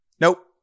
Nope